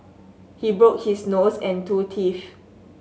he broke his nose and two teeth